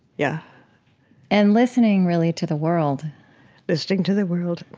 yeah and listening, really, to the world listening to the world.